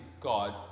God